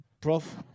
prof